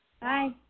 Bye